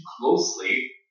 closely